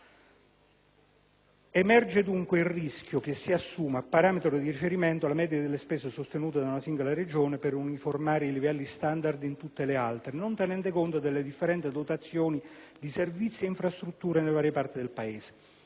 Emerge, dunque, il rischio che si assuma a parametro di riferimento la media delle spese sostenute da una singola Regione per uniformare i livelli standard in tutte le altre non tenendo conto delle differenti dotazioni di servizi e infrastrutture nelle varie parti del Paese.